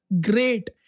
great